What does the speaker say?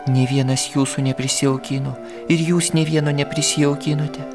nė vienas jūsų neprisijaukino ir jūs nė vieno neprisijaukinote